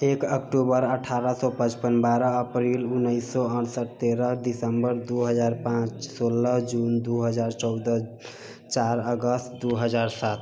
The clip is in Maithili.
एक अक्टूबर अठारह सए पचपन बारह अप्रिल उन्नैस सए अठसठि तेरह दिसम्बर दू हजार पाँच सोलह जून दू हजार चौदह चारि अगस्त दू हजार सात